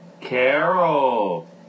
Carol